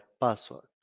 password